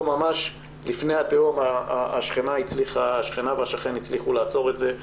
פה ממש לפני התהום השכנה והשכן הצליחו לעצור את זה,